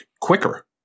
quicker